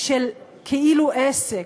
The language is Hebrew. של כאילו-עסק,